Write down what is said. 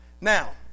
Now